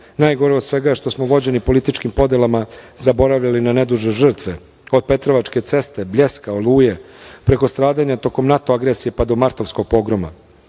Najgore od svega je što smo vođeni političkim podelama zaboravljali na nedužne žrtve, od Petrovačke ceste, Bljeska, Oluje, preko stradanja tokom NATO agresije, pa do Martovskog pogroma. Jedna